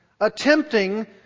attempting